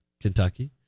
Kentucky